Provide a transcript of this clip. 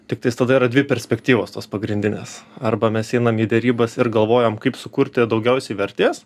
tiktais tada yra dvi perspektyvos tos pagrindinės arba mes einam į derybas ir galvojam kaip sukurti daugiausiai vertės